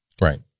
right